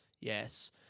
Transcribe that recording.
Yes